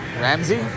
Ramsey